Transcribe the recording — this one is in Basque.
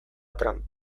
trump